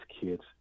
kids